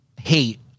hate